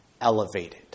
elevated